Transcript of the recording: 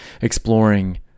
exploring